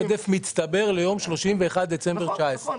עודף מצטבר ליום 31 בדצמבר 2019. נכון.